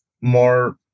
more